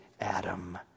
Adam